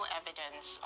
evidence